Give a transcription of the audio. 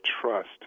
trust